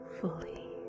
fully